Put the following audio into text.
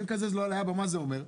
מה זה אומר?